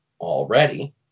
already